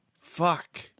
Fuck